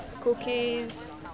cookies